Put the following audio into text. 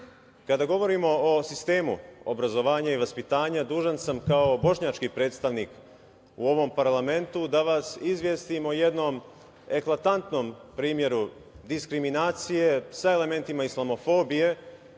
govorimo o sistemu obrazovanja i vaspitanja, dužan sam kao bošnjački predstavnik u ovom parlamentu da vas izvestim o jednom eklatantnom primeru diskriminacije sa elementima islamofobije